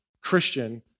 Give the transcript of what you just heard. Christian